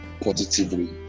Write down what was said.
positively